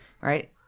right